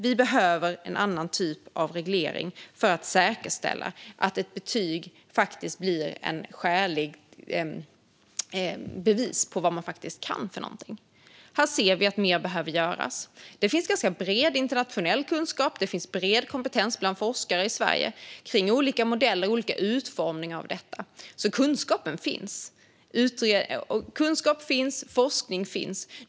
Vi behöver en annan typ av reglering för att säkerställa att ett betyg blir ett skäligt bevis på vad man faktiskt kan. Här ser vi att mer behöver göras. Det finns en ganska bred internationell kunskap, och det finns en bred kompetens bland forskare i Sverige kring olika modeller och olika utformningar av detta. Så kunskap och forskning finns.